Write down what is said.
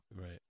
Right